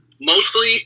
mostly